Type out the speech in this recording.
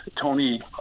tony